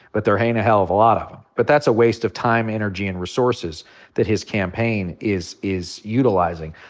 but there ain't a hell of a lot of em. but that's a waste of time, energy, and resources that his campaign is is utilizing.